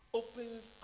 opens